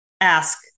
ask